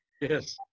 Yes